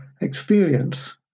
experience